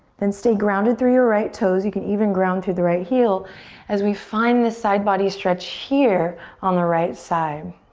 then stay grounded through your right toes. you can even ground to the right heel as we find this side body stretch here on the right side.